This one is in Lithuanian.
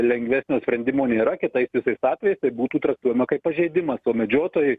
lengvesnio sprendimo nėra kitais visais atvejais tai būtų traktuojama kaip pažeidimas o medžiotojai